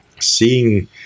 seeing